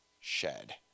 shed